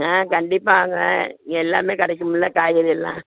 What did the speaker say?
ஆ கண்டிப்பாக வாங்க இங்கே எல்லாமே கிடைக்குமுல்ல காய்கறியெல்லாம்